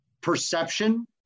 perception